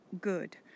good